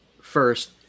first